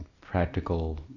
practical